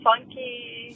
funky